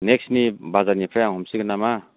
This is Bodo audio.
नेक्स्टनि बाजारनिफ्राइ आं हमसिगोन नामा